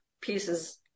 pieces